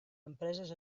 empreses